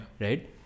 Right